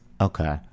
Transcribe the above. okay